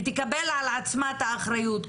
ותקבל על עצמה את האחריות,